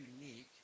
unique